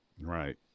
Right